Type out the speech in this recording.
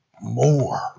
more